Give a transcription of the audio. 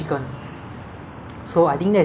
uh this station closed in